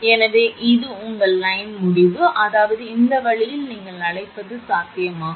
எனவே இது உங்கள் லைன் முடிவு அதாவது இந்த வழியில் நீங்கள் அழைப்பது சாத்தியமாகும்